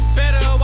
better